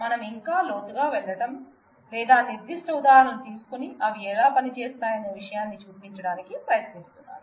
మనం ఇంకా లోతుగా వెళ్ళం లేదా నిర్దిష్ట ఉదాహరణలు తీసుకొని అవి ఎలా పనిచేస్తాయనే విషయాన్ని చూపించడానికి ప్రయత్నిస్తున్నాము